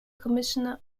commissioner